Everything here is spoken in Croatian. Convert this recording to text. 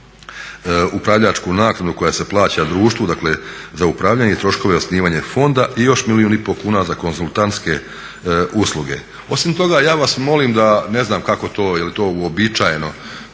upravljačku naknadu koja se plaća društvu, dakle za upravljanje i troškove osnivanja fonda i još milijun i pol kuna za konzultantske usluge. Osim toga ja vas molim da ne znam kako to jeli to uobičajeno